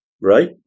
Right